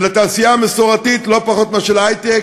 ולתעשייה המסורתית לא פחות מאשר להיי-טק,